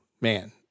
man